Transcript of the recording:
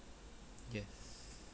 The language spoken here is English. yes